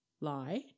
Lie